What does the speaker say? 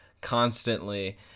constantly